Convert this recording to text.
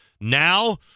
Now